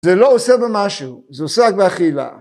זה לא עושה במשהו, זה עושה רק באכילה.